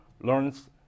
learns